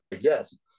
Yes